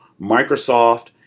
Microsoft